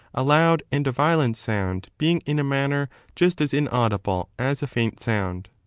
a loud and a violent sound being in a manner just as inaudible as a faint sound.